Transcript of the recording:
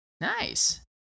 Nice